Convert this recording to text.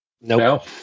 No